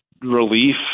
relief